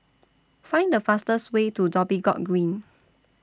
Find The fastest Way to Dhoby Ghaut Green